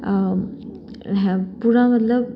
হে পুৰা মতলব